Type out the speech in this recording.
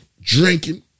Drinking